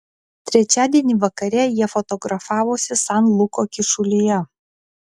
trečiadienį vakare jie fotografavosi san luko kyšulyje